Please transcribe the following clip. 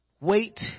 Wait